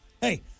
Hey